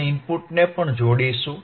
આપણે ઇનપુટને પણ જોડીશું